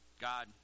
God